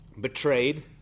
betrayed